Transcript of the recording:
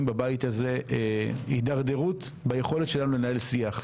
בבית הזה הידרדרות ביכולת שלנו לנהל שיח,